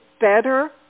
better